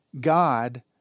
God